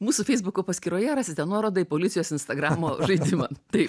mūsų feisbuko paskyroje rasite nuorodą į policijos instagramo žaidimą taip